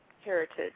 heritage